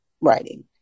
writing